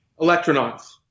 Electronauts